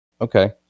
okay